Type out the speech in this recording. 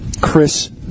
Chris